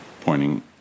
pointing